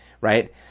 Right